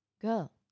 girl